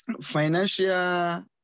financial